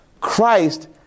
Christ